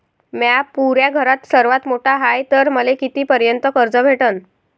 म्या पुऱ्या घरात सर्वांत मोठा हाय तर मले किती पर्यंत कर्ज भेटन?